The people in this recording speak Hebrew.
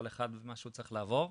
כל אחד מה שהוא צריך לעבור,